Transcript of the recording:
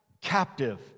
captive